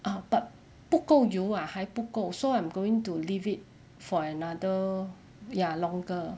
uh but 不够油 lah 还不够 so I'm going to leave it for another ya longer